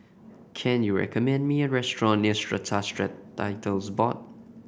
can you recommend me a restaurant near Strata Titles Board